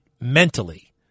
mentally